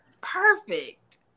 perfect